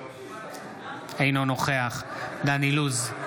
אינו נוכח דן אילוז,